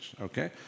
okay